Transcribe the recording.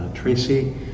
Tracy